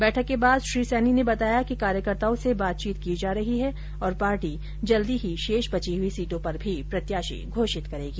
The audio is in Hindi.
बैठक के बाद श्री सैनी ने बताया कि कार्यकर्ताओं से बातचीत की जा रही है और पार्टी जल्द ही शेष बची हुई सीटों पर भी प्रत्याशी घोषित करेगी